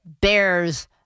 Bears